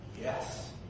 Yes